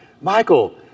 Michael